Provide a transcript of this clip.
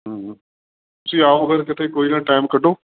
ਤੁਸੀਂ ਆਓ ਫਿਰ ਕਿਤੇ ਕੋਈ ਨਾ ਟਾਈਮ ਕੱਢੋ